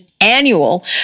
annual